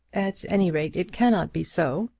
at any rate it cannot be so.